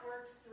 works